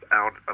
out